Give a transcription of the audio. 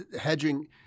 hedging